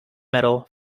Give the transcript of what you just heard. medal